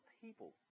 people